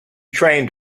trained